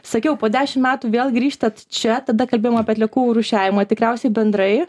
sakiau po dešim metų vėl grįžtat čia tada kalbėjom apie atliekų rūšiavimą tikriausiai bendrai